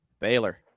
Baylor